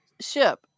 ship